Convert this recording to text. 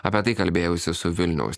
apie tai kalbėjausi su vilniaus